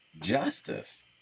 justice